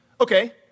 okay